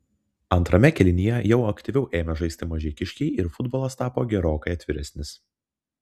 antrame kėlinyje jau aktyviau ėmė žaisti mažeikiškiai ir futbolas tapo gerokai atviresnis